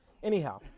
Anyhow